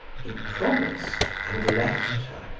he promised and left her,